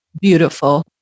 beautiful